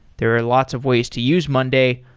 there are lots of ways to use monday,